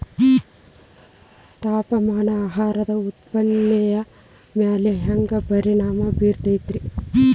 ತಾಪಮಾನ ಆಹಾರ ಉತ್ಪಾದನೆಯ ಮ್ಯಾಲೆ ಹ್ಯಾಂಗ ಪರಿಣಾಮ ಬೇರುತೈತ ರೇ?